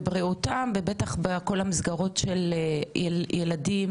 בבריאותם ובטח בכל המסגרות של ילדים